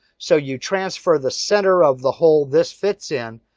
so you transfer the center of the hole this fits in.